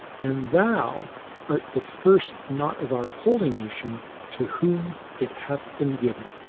and thou art the first not of our holy nation to whom it hath been given.